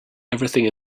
everything